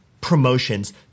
promotions